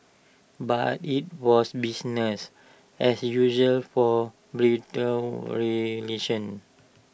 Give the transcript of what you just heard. but IT was business as usual for bilateral relations